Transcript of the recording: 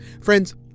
Friends